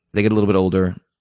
they get a little bit older,